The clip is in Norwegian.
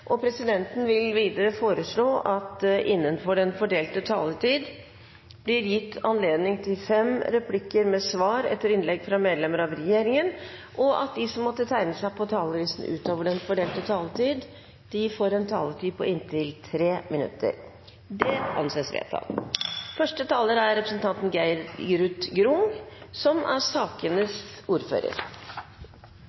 vil presidenten foreslå at det blir gitt anledning til fem replikker med svar etter innlegg fra medlemmer av regjeringen innenfor den fordelte taletid, og at de som måtte tegne seg på talerlisten utover den fordelte taletid, får en taletid på inntil 3 minutter. – Det anses vedtatt.